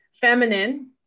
feminine